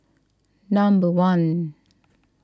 number one